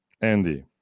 Andy